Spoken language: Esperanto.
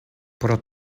pro